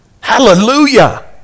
Hallelujah